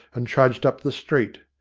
and trudged up the street.